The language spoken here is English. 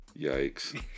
yikes